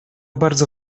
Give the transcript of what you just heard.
bardzo